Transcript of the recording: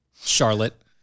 Charlotte